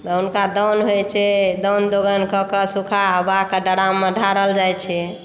हुनका दौन होइ छै दाउन दौड़ा कऽ कऽ सुखा बढ़ा कऽ ड्राम मे ढारल जाइ छै